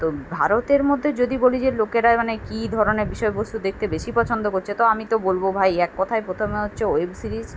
তো ভারতের মধ্যে যদি বলি যে লোকেরা মানে কী ধরনের বিষয়বস্তু দেখতে বেশি পছন্দ করছে তো আমি তো বলবো ভাই এক কথায় প্রথমে হচ্ছে ওয়েব সিরিজ